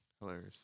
Hilarious